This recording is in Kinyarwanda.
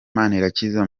manirakiza